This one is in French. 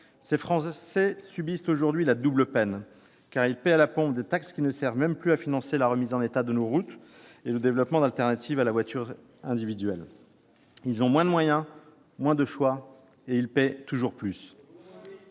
Ces Français subissent aujourd'hui une « double peine », puisqu'ils paient à la pompe des taxes qui ne servent même plus à financer la remise en état de nos routes et le développement d'alternatives à la voiture individuelle. Ils ont moins de moyens, moins de choix et ils payent toujours plus